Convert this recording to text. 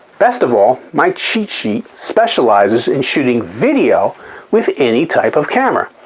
best of all, my cheat sheet specializes in shooting video with any type of camera.